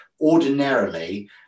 ordinarily